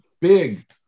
big